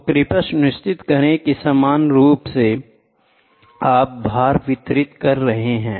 तो कृपया सुनिश्चित करें कि समान रूप से आप भार वितरित करते हैं